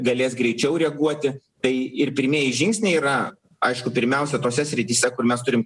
galės greičiau reaguoti tai ir pirmieji žingsniai yra aišku pirmiausia tose srityse kur mes turim